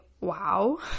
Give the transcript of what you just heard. wow